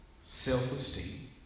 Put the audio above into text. self-esteem